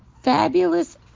Fabulous